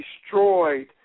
destroyed